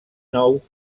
nou